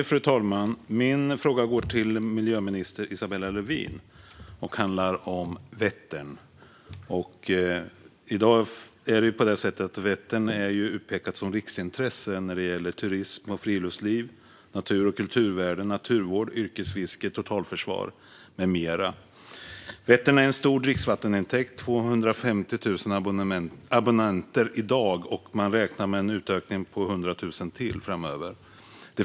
Fru talman! Min fråga går till miljöminister Isabella Lövin. Det handlar om Vättern. Vättern är i dag utpekad som riksintresse när det gäller turism och friluftsliv, natur och kulturvärden, naturvård, yrkesfiske, totalförsvar med mera. Vättern är en stor dricksvattentäkt med i dag 250 000 abonnenter. Man räknar med en utökning på 100 000 till framöver.